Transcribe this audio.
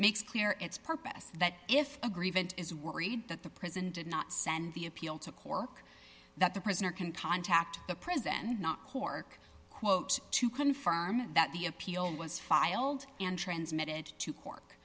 makes clear its purpose that if a grievance is worried that the prison did not send the appeal to cork that the prisoner can contact the prison not cork quote to confirm that the appeal was filed and transmitted to co